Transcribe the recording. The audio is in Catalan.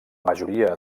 majoria